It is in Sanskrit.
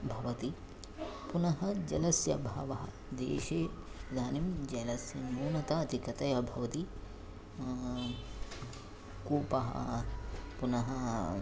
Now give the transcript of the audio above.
भवति पुनः जलस्य अभावः देशे इदानीं जलस्य न्यूनता अधिकतया भवति कूपः पुनः